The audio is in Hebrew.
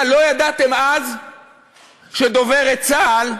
מה, לא ידעתם אז שדוברת צה"ל,